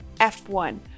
F1